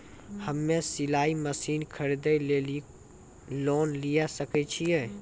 हम्मे सिलाई मसीन खरीदे लेली लोन लिये सकय छियै?